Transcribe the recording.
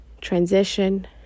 transition